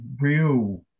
real